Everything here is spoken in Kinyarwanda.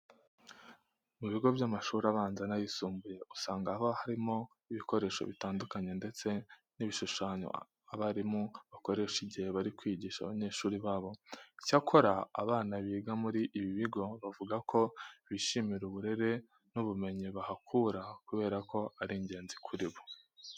Mu bigo by'amashuri abanza n'ayisumbuye usanga haba harimo ibikoresho bitandukanye ndetse n'ibishushanyo abarimu bakoresha igihe bari kwigisha abanyeshuri babo. Icyakora abana biga muri ibi bigo bavuga ko bishimira uburere n'ubumenyi bahakura kubera ko ari ingenzi kuri bo.